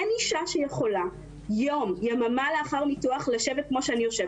אין אישה שיכולה יממה אחרי ניתוח לשבת כמו שאני יושבת,